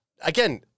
Again